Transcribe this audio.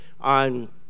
on